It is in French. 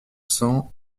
cents